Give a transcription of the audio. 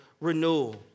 renewal